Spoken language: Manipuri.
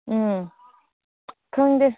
ꯎꯝ ꯈꯪꯗꯦ